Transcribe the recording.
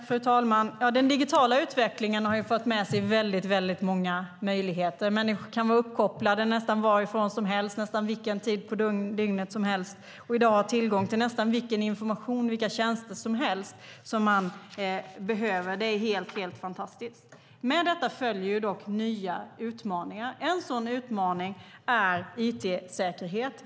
Fru talman! Den digitala utvecklingen har fört med sig väldigt många möjligheter. Människor kan vara uppkopplade nästan varifrån som helst och nästan vilken tid på dygnet som helst och i dag ha tillgång till nästan vilken information eller vilka tjänster som helst. Det är fantastiskt! Med detta följer dock nya utmaningar. En sådan utmaning är it-säkerhet.